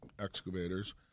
excavators